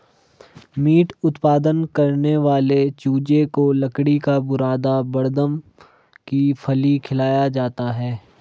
meet उत्पादन करने वाले चूजे को लकड़ी का बुरादा बड़दम की फली खिलाया जाता है